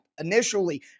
Initially